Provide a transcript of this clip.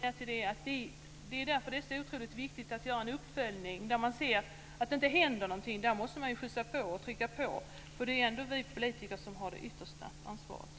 Fru talman! Det är därför det är så otroligt viktigt att göra en uppföljning. Där man ser att det inte händer någonting måste man ju skjutsa på och trycka på. Det är ju ändå vi politiker som har det yttersta ansvaret.